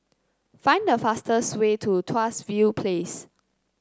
find the fastest way to Tuas View Place